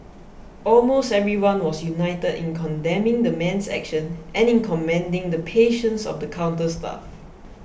almost everyone was united in condemning the man's actions and in commending the patience of the counter staff